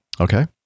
Okay